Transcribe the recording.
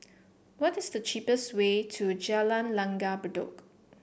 what is the cheapest way to Jalan Langgar Bedok